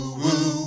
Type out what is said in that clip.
woo